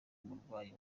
umurwayi